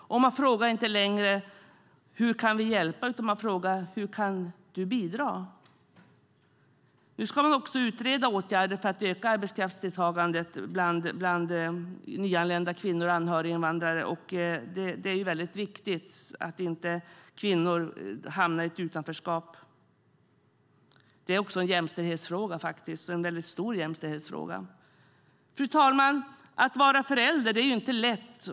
Man frågar inte längre: Hur kan vi hjälpa? I stället frågar man: Hur kan du bidra? Nu ska också åtgärder utredas för att öka arbetskraftsdeltagandet bland nyanlända kvinnor och anhöriginvandrare. Det är viktigt att kvinnor inte hamnar i ett utanförskap. Det är också en stor jämställdhetsfråga. Fru talman! Att vara förälder är inte lätt.